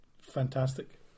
fantastic